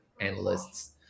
analysts